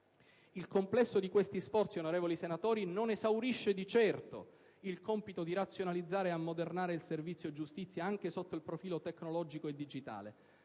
Il complesso di questi sforzi, onorevoli senatori, non esaurisce di certo il compito di razionalizzare ed ammodernare il servizio giustizia anche sotto il profilo tecnologico e digitale,